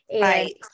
Right